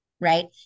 right